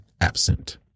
absent